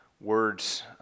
words